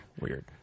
Weird